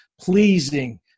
pleasing